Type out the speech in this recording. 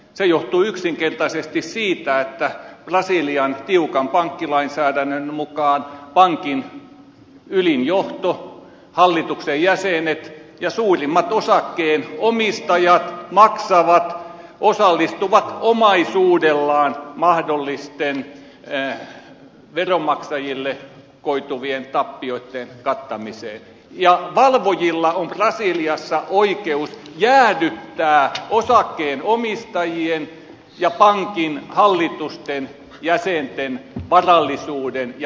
se johtuu yksinkertaisesti siitä että brasilian tiukan pankkilainsäädännön mukaan pankin ylin johto hallituksen jäsenet ja suurimmat osakkeenomistajat maksavat osallistuvat omaisuudellaan mahdollisten veronmaksajille koituvien tappioitten kattamiseen ja että valvojilla on brasiliassa oikeus jäädyttää osakkeenomistajien ja pankin hallitusten jäsenten varallisuus ja omaisuus